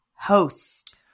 Host